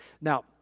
Now